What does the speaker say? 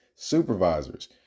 supervisors